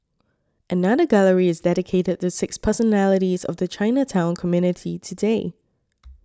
another gallery is dedicated to six personalities of the Chinatown community today